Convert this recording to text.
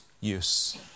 use